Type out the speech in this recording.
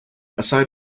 aside